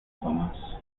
tomás